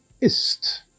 ist